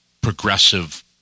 progressive